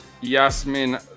Yasmin